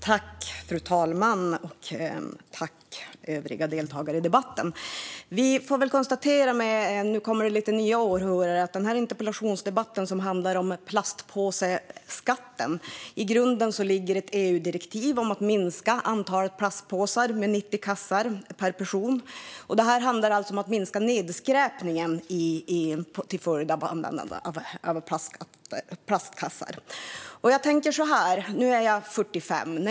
Fru talman! Tack, övriga deltagare i debatten! Nu kommer det lite nya åhörare. Vi får väl konstatera att det som ligger till grund för plastpåseskatten är ett EU-direktiv om att minska antalet plastpåsar med 90 kassar per person. Det handlar alltså om att minska nedskräpningen till följd av användandet av plastkassar. Nu är jag 45 år.